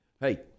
Hey